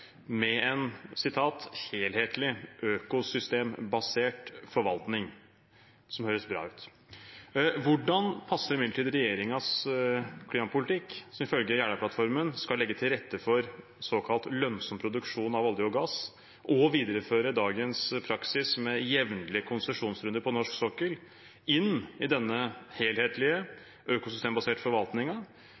med en «helhetlig økosystembasert forvaltning» – noe som høres bra ut. Hvordan passer regjeringens programpolitikk – som ifølge Jeløya-plattformen skal legge til rette for såkalt lønnsom produksjon av olje og gass og videreføre dagens praksis med jevnlige konsesjonsrunder på norsk sokkel – inn i denne helhetlige økosystembaserte